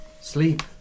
Sleep